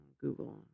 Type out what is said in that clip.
Google